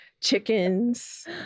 chickens